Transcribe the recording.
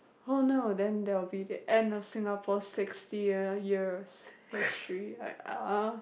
oh no then that will be the end of Singapore sixty year years history like